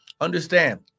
understand